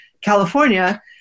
california